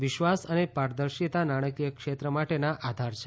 વિશ્વાસ અને પારદર્શિતા નાણાકીય ક્ષેત્ર માટેના આધાર છે